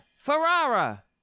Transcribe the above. Ferrara